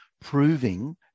proving